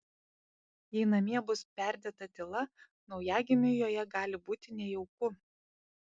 jei namie bus perdėta tyla naujagimiui joje gali būti nejauku